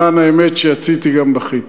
למען האמת, כשיצאתי גם בכיתי.